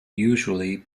usually